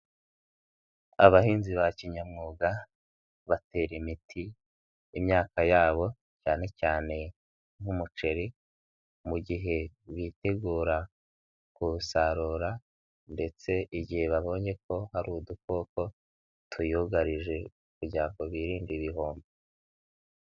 Abahinzi ba kinyamwuga batera imiti imyaka yabo cyane cyane nk'umuceri mu gihe bitegura kuwusarura ndetse igihe babonye ko hari udukoko tuyugarije kugira ngo birinde ibihombo.